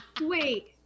Wait